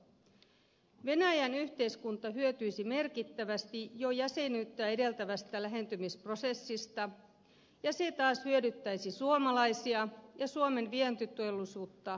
venäjän yhteiskunta hyötyisi merkittävästi jo jäsenyyttä edeltävästä lähentymisprosessista ja se taas hyödyttäisi suomalaisia ja suomen vientiteollisuutta monella tavalla